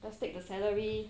just take the salary